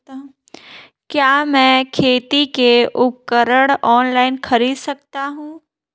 क्या मैं खेती के उपकरण ऑनलाइन खरीद सकता हूँ?